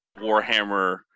Warhammer